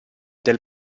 del